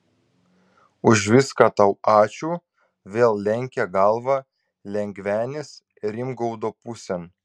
už viską tau ačiū vėl lenkė galvą lengvenis rimgaudo pusėn